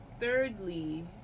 thirdly